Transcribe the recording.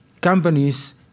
companies